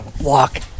walk